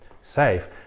safe